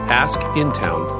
askintown